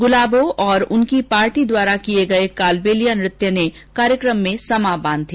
गुलाबों और उनकी पार्टी द्वारा किए गए कालबेलिया नृत्य ने कार्यक्रम में समा बांध दिया